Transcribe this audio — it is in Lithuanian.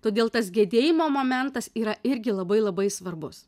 todėl tas gedėjimo momentas yra irgi labai labai svarbus